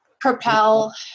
Propel